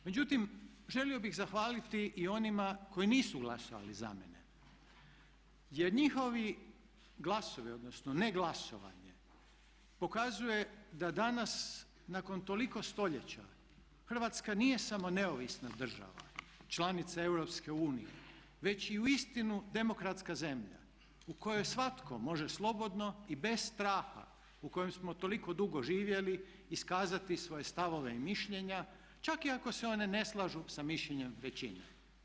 Međutim, želio bih zahvaliti i onima koji nisu glasovali za mene jer njihovi glasovi odnosno ne glasovanje pokazuje da danas nakon toliko stoljeća Hrvatska nije samo neovisna država članica EZ već i uistinu demokratska zemlja u kojoj svatko može slobodno i bez straha u kojem smo toliko dugo živjeli iskazati svoje stavove i mišljenja čak i ako se one ne slažu sa mišljenjem većine.